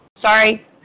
Sorry